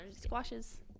squashes